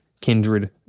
kindred